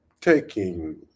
taking